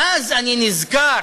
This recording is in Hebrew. ואז אני נזכר